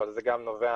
אבל זה גם נובע,